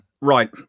Right